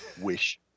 wish